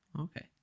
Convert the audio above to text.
Okay